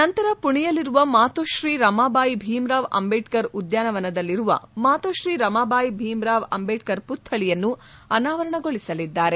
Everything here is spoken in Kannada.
ನಂತರ ಪುಣೆಯಲ್ಲಿರುವ ಮಾತೊಶ್ರೀ ರಮಾಬಾಯಿ ಭೀಮ್ ರಾವ್ ಅಂಬೇಡ್ಕರ್ ಉದ್ಯಾನವನದಲ್ಲಿರುವ ಮಾತೊತ್ರೀ ರಮಾಬಾಯಿ ಬಿಮ್ ರಾವ್ ಅಂಬೇಡ್ಕರ್ ಪುತ್ವಳಿಯನ್ನು ಅನಾವರಣಗೊಳಿಸಲಿದ್ದಾರೆ